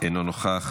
אינו נוכח.